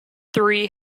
three